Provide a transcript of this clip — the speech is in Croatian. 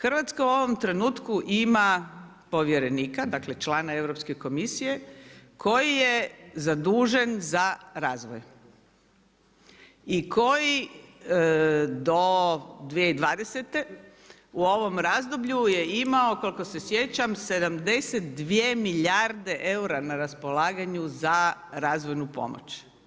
Hrvatska u ovom trenutku ima povjerenika, dakle člana Europske komisije koji je zadužen za razvoj i koji do 2020. u ovom razdoblju je imao koliko se sjećam 72 milijarde eura na raspolaganju za razvojnu pomoć.